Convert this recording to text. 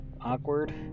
awkward